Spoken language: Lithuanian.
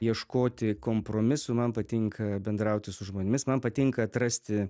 ieškoti kompromisų man patinka bendrauti su žmonėmis man patinka atrasti